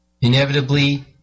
Inevitably